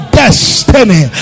destiny